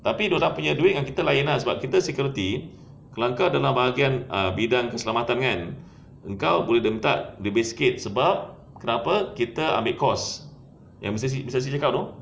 tapi dia orang punya duit dengan kita lain ah sebab kita security kalau kau dalam bahagian bidang keselamatan kan engkau boleh letak lebih sikit sebab kenapa kita ambil course yang B_C_C tu